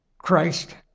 Christ